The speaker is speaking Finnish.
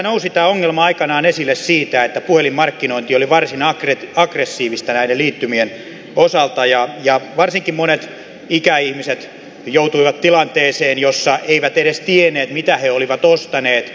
tämä ongelma nousi aikanaan esille siitä että puhelinmarkkinointi oli varsin aggressiivista liittymien osalta ja varsinkin monet ikäihmiset joutuivat tilanteeseen jossa eivät edes tienneet mitä he olivat ostaneet